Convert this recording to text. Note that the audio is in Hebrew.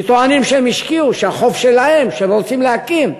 שטוענים שהם השקיעו, שהחוב שלהם, שהם רוצים להקים,